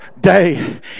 day